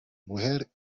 mujer